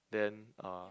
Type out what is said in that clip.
then uh